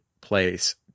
place